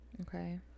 Okay